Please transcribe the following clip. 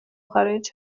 خارج